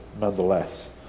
nonetheless